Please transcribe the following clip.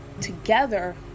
together